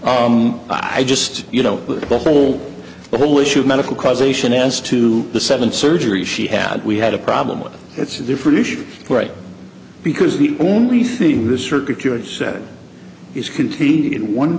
sense i just you know with both whole the whole issue of medical causation as to the seven surgeries she had we had a problem with it it's a different issue right because the only thing the circuit curates said is contained in one